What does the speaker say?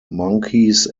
monkeys